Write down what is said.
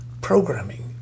programming